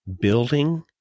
building